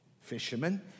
fishermen